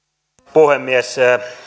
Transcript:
puhemies